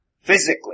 physically